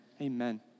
amen